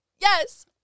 Yes